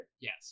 Yes